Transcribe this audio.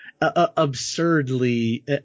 absurdly